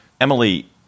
Emily